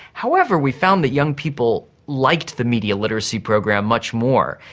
however, we found that young people liked the media literacy program much more.